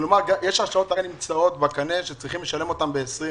כלומר יש הרשאות כאלה בקנה שצריך לשלם אותן ב-2020.